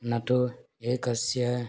न तु एकस्य